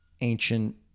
ancient